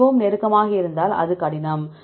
அது மிகவும் நெருக்கமாக இருந்தால் அது கடினம்